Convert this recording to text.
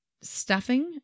stuffing